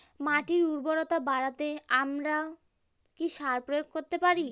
মাটির উর্বরতা বাড়াতে আমরা কি সার প্রয়োগ করতে পারি?